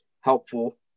helpful